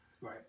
Right